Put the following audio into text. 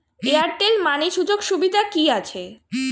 Airtel Money সুযোগ সুবিধা কি আছে?